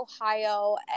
Ohio